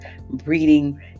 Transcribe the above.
breeding